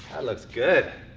looks good.